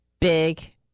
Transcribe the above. Big